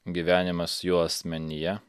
gyvenimas jo asmenyje